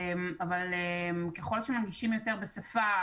אבל ככל שמנגישים יותר בשפה,